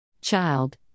Child